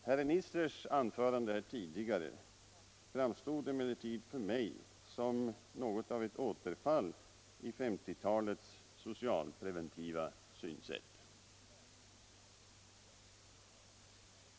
Herr Nissers anförande här tidigare framstod emellertid för mig som något av ett återfall i 1950 talets socialpreventiva synsätt.